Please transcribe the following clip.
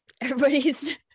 Everybody's